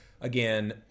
again